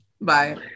Bye